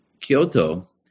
Kyoto